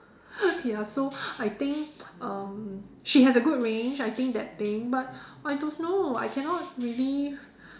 ya so I think um she has a good range I think that thing but I don't know I cannot really